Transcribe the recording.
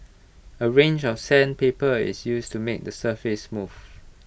A range of sandpaper is used to make the surface smooth